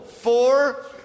Four